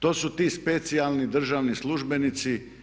To su ti specijalni državni službenici.